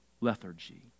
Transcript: lethargy